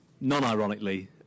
Non-ironically